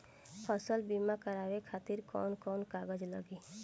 फसल बीमा करावे खातिर कवन कवन कागज लगी?